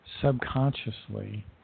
subconsciously